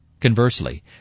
Conversely